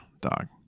dog